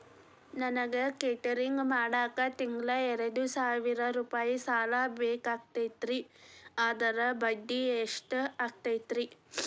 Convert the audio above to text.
ನನಗ ಕೇಟರಿಂಗ್ ಮಾಡಾಕ್ ತಿಂಗಳಾ ಎರಡು ಸಾವಿರ ರೂಪಾಯಿ ಸಾಲ ಬೇಕಾಗೈತರಿ ಅದರ ಬಡ್ಡಿ ಎಷ್ಟ ಆಗತೈತ್ರಿ?